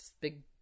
big